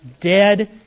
dead